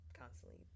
constantly